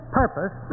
purpose